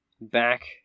back